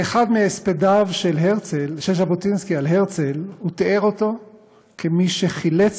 באחד מהספדיו של ז'בוטינסקי על הרצל הוא תיאר אותו כמי שחילץ